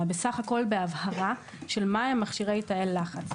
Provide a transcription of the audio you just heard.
אלא בסך הכל בהבהרה של מהם מכשירי תאי לחץ.